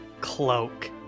cloak